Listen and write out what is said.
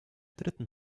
dritten